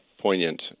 poignant